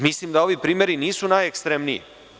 Mislim da ovi primeri nisu najekstremniji.